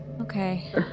Okay